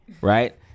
right